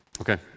Okay